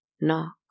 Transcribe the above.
knock